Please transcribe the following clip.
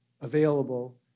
available